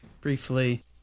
briefly